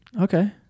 Okay